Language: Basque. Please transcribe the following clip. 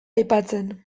aipatzen